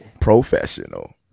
Professional